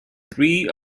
three